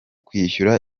kwishyura